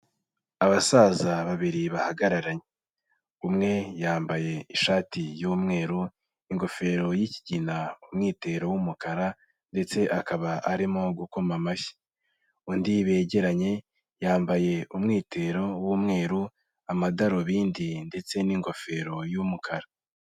Abasaza babiri bahagararanye, umwe yambaye ishati y'umweru, ingofero y'ikigina, umwitero w'umukara ndetse akaba arimo gukoma amashyi, undi begeranye yambaye umwitero w'umweru, amadarubindi ndetse n'ingofero y'umukara.